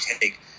take